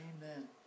Amen